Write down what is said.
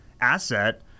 asset